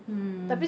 mm mm